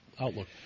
outlook